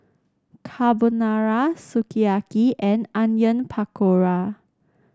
Carbonara Sukiyaki and Onion Pakora